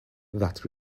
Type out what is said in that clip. that